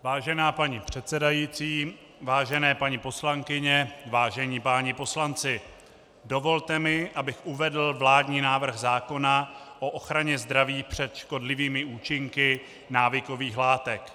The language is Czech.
Vážená paní předsedající, vážené paní poslankyně, vážení páni poslanci, dovolte mi, abych uvedl vládní návrh zákona o ochraně zdraví před škodlivými účinky návykových látek.